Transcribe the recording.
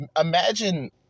Imagine